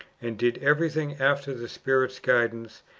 and did everything after the spirit's guid ance,